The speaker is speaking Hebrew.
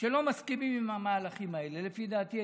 שלא מסכימים עם המהלכים האלה, לפי דעתי.